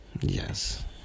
Yes